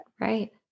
Right